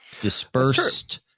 dispersed